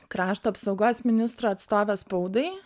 krašto apsaugos ministro atstove spaudai